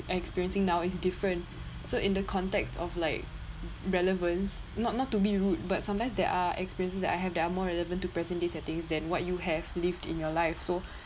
experiencing now is different so in the context of like relevance not not to be rude but sometimes there are experiences that I have that are more relevant to present day settings than what you have lived in your life so